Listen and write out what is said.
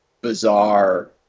bizarre